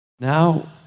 Now